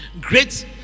great